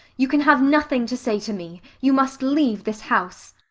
you can have nothing to say to me. you must leave this house.